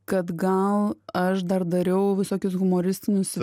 kad gal aš dar dariau visokius humoristinius